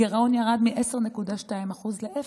הגירעון ירד מ-10.2% לאפס.